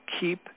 keep